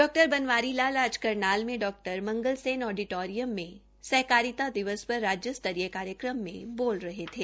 डा बनवारी लाल आज करनाल में डॉ मंगलसेन ओडिटोरियम में सहकारिता पर राज्य स्तरीय कार्यक्रम में बोल रहे थे